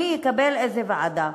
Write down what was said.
מי יקבל איזו ועדה.